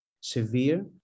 Severe